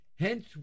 Hence